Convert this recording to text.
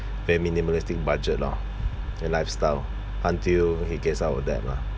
very minimalistic budget lah and lifestyle until he gets out of that lah